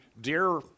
dear